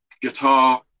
guitar